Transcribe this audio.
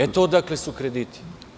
Eto odakle su krediti.